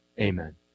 amen